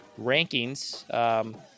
rankings